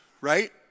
right